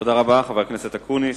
תודה רבה, חבר הכנסת אקוניס.